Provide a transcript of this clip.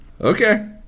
Okay